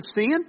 sin